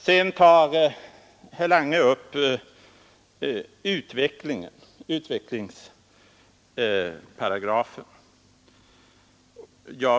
Vidare tar herr Lange upp utvecklingsparagrafen.